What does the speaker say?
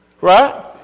Right